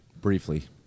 Briefly